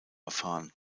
erfahren